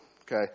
okay